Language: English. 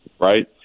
Right